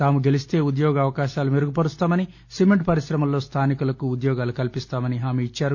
తాము గెలిస్తే ఉద్యోగావకాశాలు మెరుగుపరుస్తామని సిమెంట్ పరిశ్రమల్లో స్థానికులకు ఉద్యోగాలు కల్పిస్తామని హామీఇచ్చారు